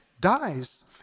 dies